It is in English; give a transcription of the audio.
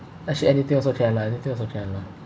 actually anything also can lah anything also can lah